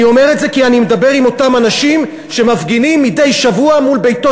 אני אומר את זה כי אני מדבר עם אותם אנשים שמפגינים מדי שבוע מול ביתו